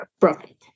profit